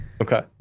Okay